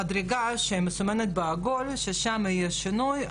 במדרגה שמסומנת בעיגול, ששם יש שינוי,